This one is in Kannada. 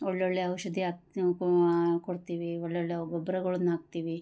ಒಳ್ಳೊಳ್ಳೆ ಔಷಧಿ ಹಾಕ್ತಿವ್ ಕೊಡ್ತೀವಿ ಒಳ್ಳೊಳ್ಳೆ ಗೊಬ್ರಗಳನ್ ಹಾಕ್ತಿವಿ